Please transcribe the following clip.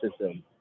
system